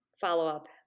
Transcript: follow-up